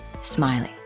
smiley